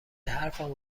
حرفمو